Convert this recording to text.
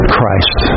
Christ